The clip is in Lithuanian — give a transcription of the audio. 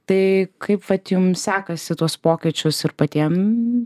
tai kaip vat jum sekasi tuos pokyčius ir patiem